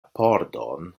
pordon